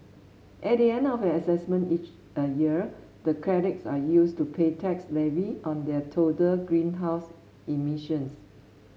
at the end of an assessment each a year the credits are used to pay tax levied on their total greenhouse emissions